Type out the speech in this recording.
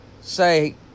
say